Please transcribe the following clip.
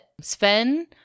Sven